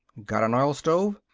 got an oilstove?